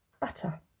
Butter